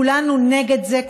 כולנו נגד זה,